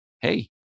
hey